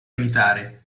imitare